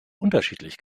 unterschiedlich